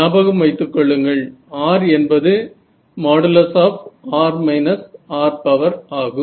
ஞாபகம் வைத்துக்கொள்ளுங்கள் R என்பது |r − r′| ஆகும்